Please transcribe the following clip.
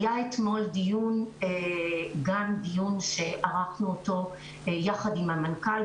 היה אתמול דיון שערכנו יחד עם המנכ"ל.